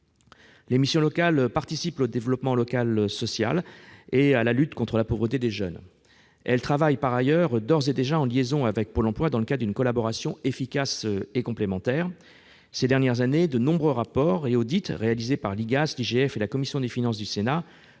Les missions locales participent au développement social local et à la lutte contre la pauvreté des jeunes. Elles travaillent par ailleurs d'ores et déjà en liaison avec Pôle emploi, dans le cadre d'une collaboration efficace et complémentaire. Ces dernières années, de nombreux rapports et audits réalisés par l'Inspection générale des affaires